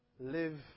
live